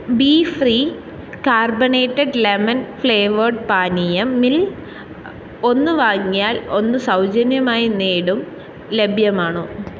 befree carbonated lemon flavoured പാനീയമിൽ ഒന്ന് വാങ്ങിയാൽ ഒന്ന് സൗജന്യമായി നേടും ലഭ്യമാണോ